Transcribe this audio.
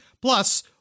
Plus